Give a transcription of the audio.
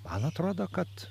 man atrodo kad